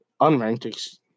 unranked